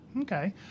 Okay